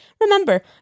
Remember